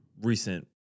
recent